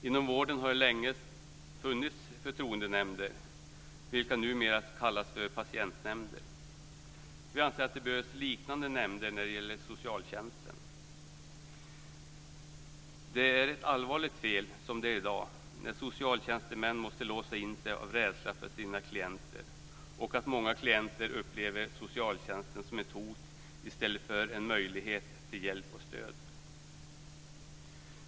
Inom vården har det länge funnits förtroendenämnder, vilka numera kallas patientnämnder. Vi anser att det behövs liknande nämnder när det gäller socialtjänsten. Det är ett allvarligt fel när som i dag socialtjänstemän måste låsa in sig av rädsla för sina klienter och många klienter upplever socialtjänsten som ett hot i stället för en möjlighet till hjälp och stöd.